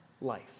life